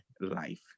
life